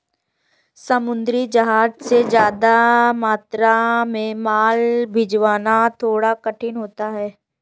समुद्री जहाज से ज्यादा मात्रा में माल भिजवाना थोड़ा कठिन होता है